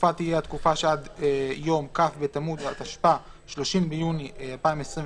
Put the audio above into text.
התקופה שעד יום כ' בתמוז התשפ"א (30 ביוני 2021)